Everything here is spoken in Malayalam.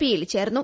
പിയിൽ ചേർന്നു